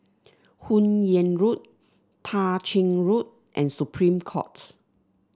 Hun Yeang Road Tah Ching Road and Supreme Court